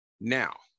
Now